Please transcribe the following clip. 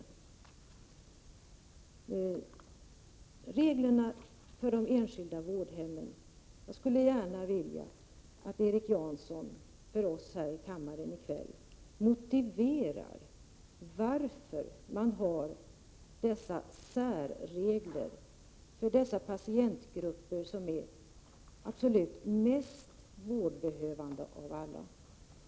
När det gäller reglerna för de enskilda vårdhemmen skulle jag gärna vilja att Erik Janson för oss här i kammaren i kväll motiverade varför man har särregler för de patientgrupper som är mest vårdbehövande av alla.